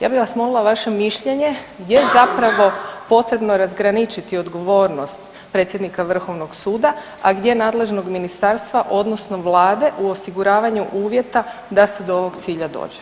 Ja bih vas molila vaše mišljenje gdje je zapravo potrebno razgraničiti odgovornost predsjednika Vrhovnog suda, a gdje nadležnog ministarstva odnosno Vlade u osiguravanju uvjeta da se do ovog cilja dođe?